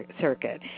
circuit